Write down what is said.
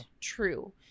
true